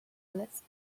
alice